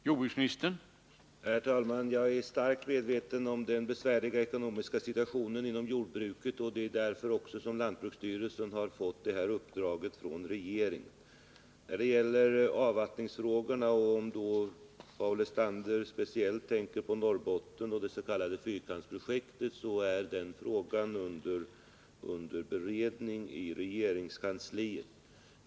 Herr talman! Jag är starkt medveten om den besvärliga ekonomiska situationen inom jordbruket, och det är också därför som lantbruksstyrelsen har fått det här uppdraget från regeringen. När det gäller avvattningsfrågorna — och om Paul Lestander då speciellt tänker på Norrbotten och det s.k. fyrkantsprojektet — vill jag svara att den frågan är under beredning i regeringskansliet.